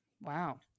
Wow